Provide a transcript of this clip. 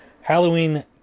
Halloween